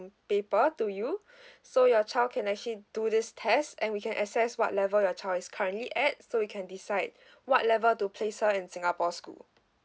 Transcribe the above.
paper to you so your child can actually do this test and we can access what level your child is currently at so we can decide what level to place her in singapore school